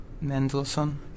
Mendelssohn